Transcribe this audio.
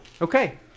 Okay